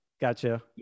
gotcha